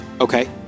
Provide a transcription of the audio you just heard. Okay